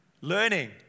Learning